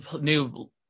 new